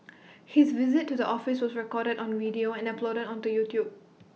his visit to the office was recorded on video and uploaded onto YouTube